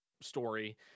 story